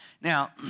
Now